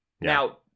Now